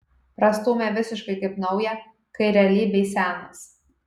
prastūmė visiškai kaip naują kai realybėj senas